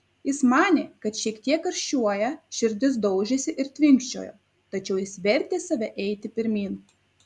jis manė kad šiek tiek karščiuoja širdis daužėsi ir tvinkčiojo tačiau jis vertė save eiti pirmyn